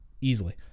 easily